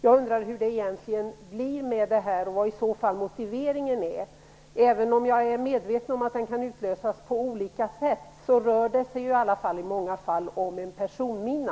Jag undrar hur det egentligen blir med detta, och vilken motiveringen är. Även om jag är medveten om att minan kan utlösas på olika sätt, rör det sig ändå i många avseenden om en personmina.